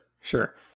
Sure